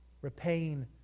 Repaying